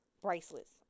Bracelets